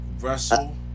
wrestle